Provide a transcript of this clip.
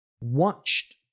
watched